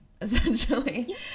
essentially